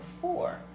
four